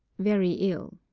very ill.